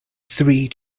three